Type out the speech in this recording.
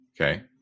Okay